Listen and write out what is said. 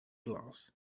glass